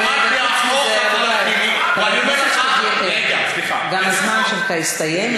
הזמן שלך הסתיים,